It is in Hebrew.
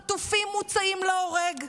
חטופים מוצאים להורג,